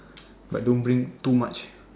but don't bring too much